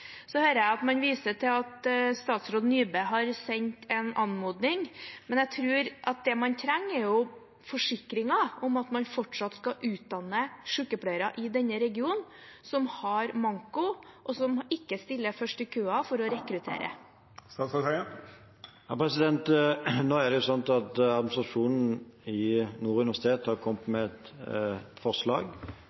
Så hører jeg at man viser til at statsråd Nybø har sendt en anmodning, men jeg tror at det man trenger, er forsikringer om at man fortsatt skal utdanne sykepleiere i denne regionen som har manko, og som ikke stiller først i køen for å rekruttere. Nå er det jo slik at administrasjonen ved Nord universitet har kommet med et forslag.